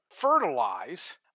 fertilize